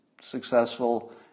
successful